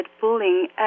bullying